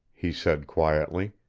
he said quietly.